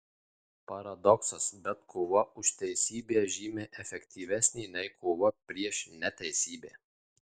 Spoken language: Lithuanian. paradoksas bet kova už teisybę žymiai efektyvesnė nei kova prieš neteisybę